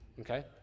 okay